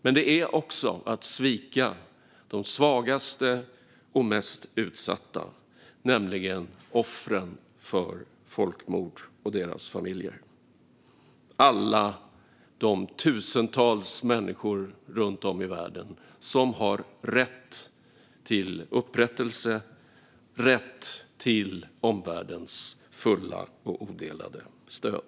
Men det är också att svika de svagaste och mest utsatta, nämligen offren för folkmord och deras familjer - alla de tusentals människor runt om i världen som har rätt till upprättelse och rätt till omvärldens fulla och odelade stöd.